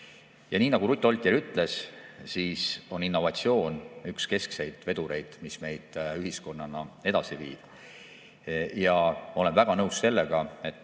Ja nii nagu Ruth Oltjer ütles, innovatsioon on üks põhilisi vedureid, mis meid ühiskonnana edasi viib. Ma olen väga nõus sellega, et